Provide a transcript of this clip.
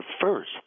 first